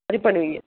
சரி பண்ணுவீங்க